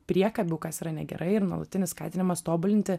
priekabių kas yra negerai ir nuolatinis skatinimas tobulinti